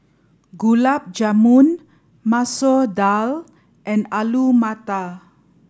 Gulab Jamun Masoor Dal and Alu Matar